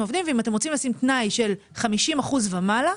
מהעובדים ואם אתם רוצים לשים תנאי של 50 אחוזים ומעלה,